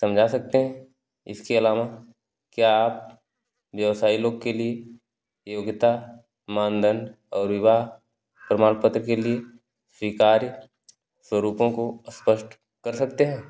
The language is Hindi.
समझा सकते हैं इसके अलावा क्या आप व्यवसायी लोग के लिए योग्यता मानदंड और विवाह प्रमाणपत्र के लिए स्वीकार्य स्वरूपों को स्पष्ट कर सकते हैं